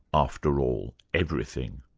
after all, everything.